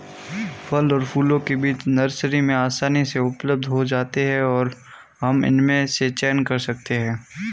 फल और फूलों के बीज नर्सरी में आसानी से उपलब्ध हो जाते हैं और हम इनमें से चयन कर सकते हैं